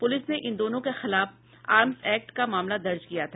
police ने इन दोनों के खिलाफ आर्म्स एक्ट का मामला दर्ज किया था